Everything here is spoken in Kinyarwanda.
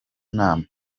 nama